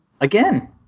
Again